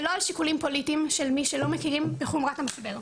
ולא על שיקולים פוליטיים של מי שלא מכירים בחומרת המשבר.